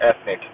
ethnic